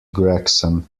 gregson